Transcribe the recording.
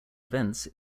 events